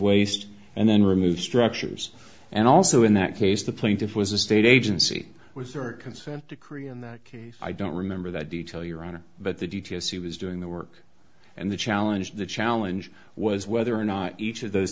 waste and then remove structures and also in that case the plaintiff was a state agency with your consent decree in that case i don't remember that detail your honor but the d t s he was doing the work and the challenge the challenge was whether or not each of those